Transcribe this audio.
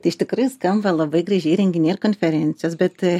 tai aš tikrai skamba labai gražiai renginiai ir konferencijos bet